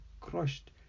crushed